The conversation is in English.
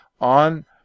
on